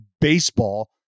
baseball